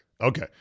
Okay